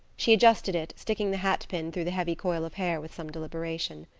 she adjusted it, sticking the hat pin through the heavy coil of hair with some deliberation.